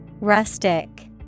Rustic